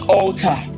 altar